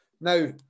Now